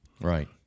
right